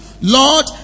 lord